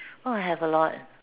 oh I have a lot